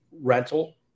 Rental